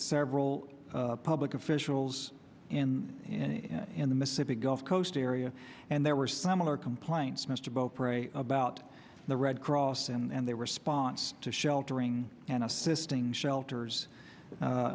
several public officials in and in the mississippi gulf coast area and there were similar complaints mr beaupr about the red cross and their response to sheltering and assisting shelters